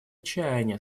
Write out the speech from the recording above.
чаяния